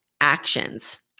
actions